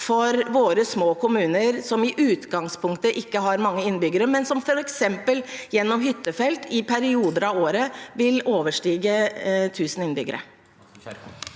for våre små kommuner, som i utgangspunktet ikke har mange innbyggere, men som f.eks. gjennom hyttefelt, i perioder av året, vil overstige 1 000 innbyggere?